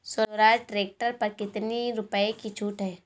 Swaraj tractor पर कितनी रुपये की छूट है?